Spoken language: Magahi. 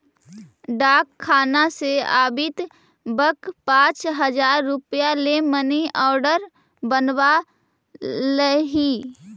डाकखाना से आवित वक्त पाँच हजार रुपया ले मनी आर्डर बनवा लइहें